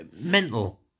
mental